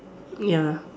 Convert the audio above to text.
ya